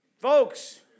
folks